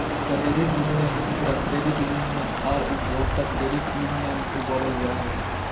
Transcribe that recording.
credit union खुदरा credit union आर उपभोक्ता क्रेडिट यूनियन भी बोलल जा हइ